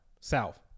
South